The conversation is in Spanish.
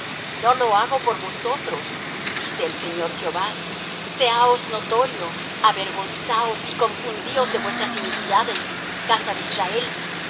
no lo hago por vosotros dice el señor jehová séaos notorio avergonzaos y confundíos de vuestras iniquidades casa de israel así